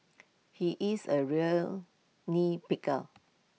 he is A real nitpicker